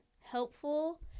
helpful